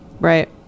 Right